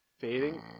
fading